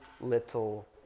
little